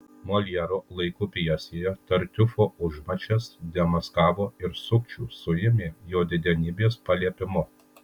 moljero laikų pjesėje tartiufo užmačias demaskavo ir sukčių suėmė jo didenybės paliepimu